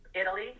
Italy